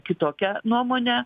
kitokią nuomonę